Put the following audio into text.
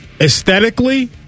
Aesthetically